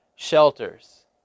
shelters